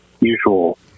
usual